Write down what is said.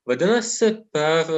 vadinasi per